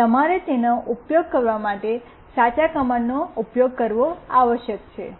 તમારે તેનો ઉપયોગ કરવા માટે સાચા કંમાન્ડનો ઉપયોગ કરવો આવશ્યક છે